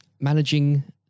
managing